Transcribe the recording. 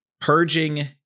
purging